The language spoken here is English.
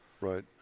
Right